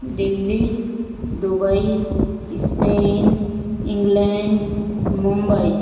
Delhi Dubai Spain England Mumbai